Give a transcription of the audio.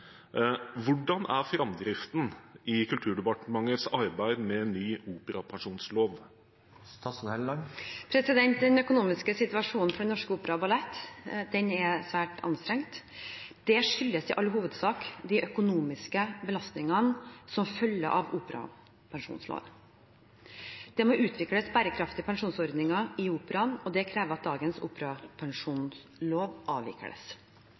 Hvordan er fremdriften i Kulturdepartementets arbeid med ny operapensjonslov?» Den økonomiske situasjonen for Den Norske Opera & Ballett er svært anstrengt. Det skyldes i all hovedsak de økonomiske belastningene som følger av operapensjonsloven. Det må utvikles bærekraftige pensjonsordninger i Operaen. Det krever at dagens operapensjonslov avvikles.